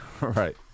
Right